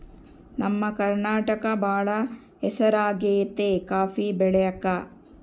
ನಮ್ಮ ಕರ್ನಾಟಕ ಬಾಳ ಹೆಸರಾಗೆತೆ ಕಾಪಿ ಬೆಳೆಕ